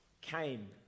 came